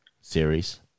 series